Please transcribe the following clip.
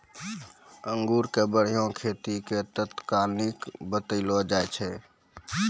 अंगूर के बढ़िया खेती के तकनीक बतइलो जाय छै